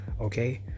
Okay